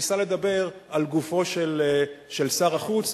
ניסה לדבר על גופו של שר החוץ.